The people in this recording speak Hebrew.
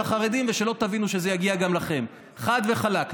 החרדים ולא תבינו שזה יגיע גם אליכם חד וחלק,